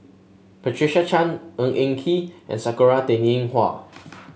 Patricia Chan Ng Eng Kee and Sakura Teng Ying Hua